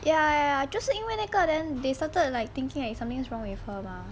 ya ya ya 就这是因为那个 then they started like thinking like something's wrong with her mah